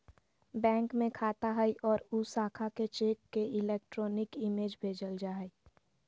bank में खाता हइ और उ शाखा के चेक के इलेक्ट्रॉनिक इमेज भेजल जा हइ